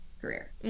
career